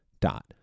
dot